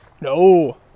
No